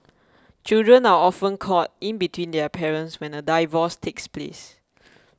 children are often caught in between their parents when a divorce takes place